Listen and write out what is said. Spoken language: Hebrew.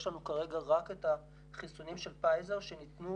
יש לנו כרגע רק את החיסונים של פייזר שניתנו,